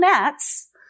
nets